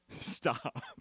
Stop